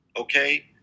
okay